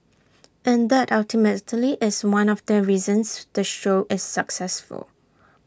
and that is one of the reasons the show is successful